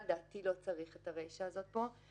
לדעתי, לא צריך את הרישא הזו פה.